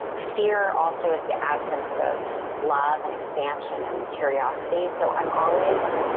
fear also is the absence of love and expansion and curiosities. so i'm always,